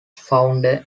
founder